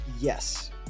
yes